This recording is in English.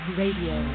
radio